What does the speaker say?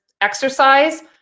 exercise